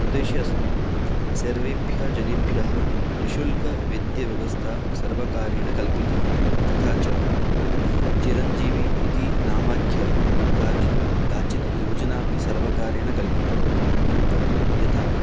प्रदेशे अस्मिन् सर्वेभ्यः जनेभ्यः निश्शुल्कवैद्यव्यवस्था सर्वकारेण कल्पिता तथा च चिरञ्जीवी इति नामाख्या काचित् काचित् योजनापि सर्वकारेण कल्पिता वर्तते यथा